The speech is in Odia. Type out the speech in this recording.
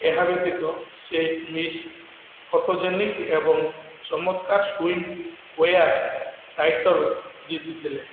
ଏହା ବ୍ୟତୀତ ସେ ମିସ୍ ଫଟୋଜେନିକ୍ ଏବଂ ଚମତ୍କାର ସୁଇମ୍ ୱେୟାର୍ ଟାଇଟଲ୍ ଜିତିଥିଲେ